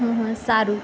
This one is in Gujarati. હા હા સારું